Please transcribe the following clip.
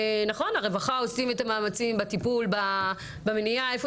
נכון הרווחה עושים את המאמצים בטיפול במניעה איפה